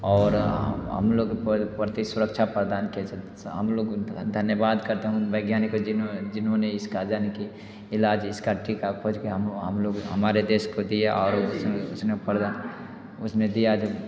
और हम लोग पर प्रति सुरक्षा प्रदान किया हम लोग धन्यवाद करते हैं उन वैज्ञानिक को जिन्होंने इस का यानि कि ईलाज इसका टीका खोज के हम लोग हमारे देश को दिए और उसमें उसने प्रदान उसने दिया जो